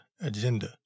agenda